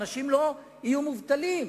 ואנשים לא יהיו מובטלים.